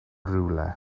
rhywle